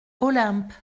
olympe